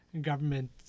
government